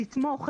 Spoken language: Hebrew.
לתמוך,